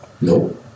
No